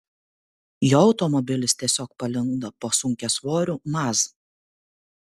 jo automobilis tiesiog palindo po sunkiasvoriu maz